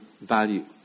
value